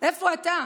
איפה אתה?